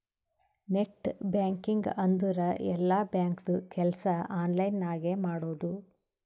net banking ಅಂದುರ್ ಎಲ್ಲಾ ಬ್ಯಾಂಕ್ದು ಕೆಲ್ಸಾ ಆನ್ಲೈನ್ ನಾಗೆ ಮಾಡದು